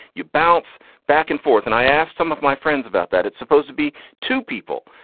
you bounce back and forth. and i asked some of my friends about that. it's supposed to be two people.